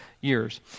years